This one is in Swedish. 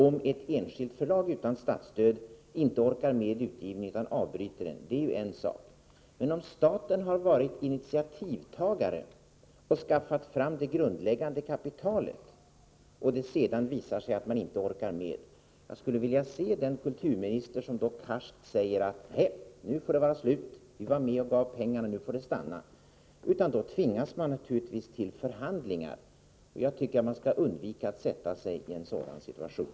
Om ett enskilt förlag utan statsstöd inte orkar med utgivningen utan avbryter den är ju en sak, men om staten har varit initiativtagare och skaffat fram ett grundläggande kapital och det sedan visar sig att man inte orkar med, skulle jag vilja se den kulturminister som då karskt säger: Nej, nu får det vara slut, vi var med och gav pengar, nu får det vara nog. Då tvingas man naturligtvis till förhandlingar. Jag tycker att man skall undvika att försätta sig i en sådan situation.